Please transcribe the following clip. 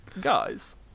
guys